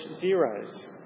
zeros